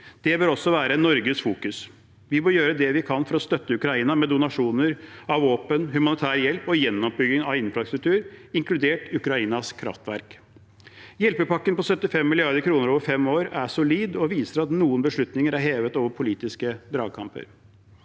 Det bør også være Norges fokus. Vi må gjøre det vi kan for å støtte Ukraina med donasjoner av våpen, humanitær hjelp og gjenoppbygging av infrastruktur, inkludert Ukrainas kraftverk. Hjelpepakken på 75 mrd. kr over fem år er solid og viser at noen beslutninger er hevet over politiske dragkamper.